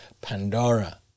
Pandora